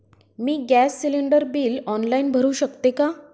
मी gas cylinder bill online भरु शकते का?